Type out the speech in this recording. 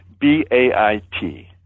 B-A-I-T